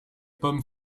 pommes